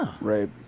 Right